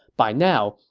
by now,